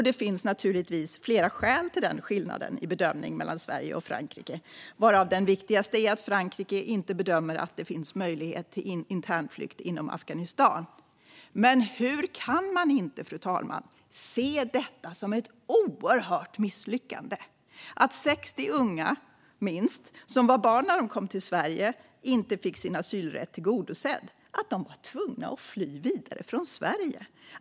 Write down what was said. Det finns naturligtvis flera skäl till skillnaden i bedömning mellan Sverige och Frankrike, varav den viktigaste är att Frankrike inte bedömer att det finns möjlighet till internflykt inom Afghanistan. Men hur kan man inte, fru talman, se detta som ett oerhört misslyckande? Att minst 60 unga, som var barn när de kom till Sverige, inte fick sin asylrätt tillgodosedd? Att de var tvungna att fly vidare från Sverige?